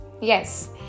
Yes